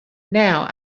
now